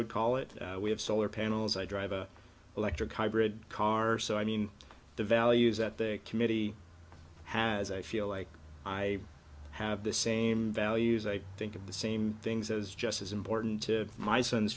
would call it we have solar panels i drive an electric hybrid car so i mean the values that the committee has i feel like i have the same values i think of the same things as just as important to my son's